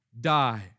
die